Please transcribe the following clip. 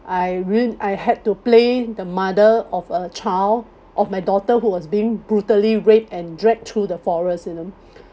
I re~ I had to play the mother of a child of my daughter who was being brutally raped and dragged through the forest you know